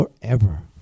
forever